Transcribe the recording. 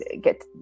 get